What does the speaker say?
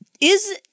is-